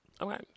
Okay